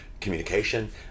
communication